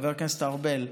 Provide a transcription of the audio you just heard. חבר הכנסת ארבל,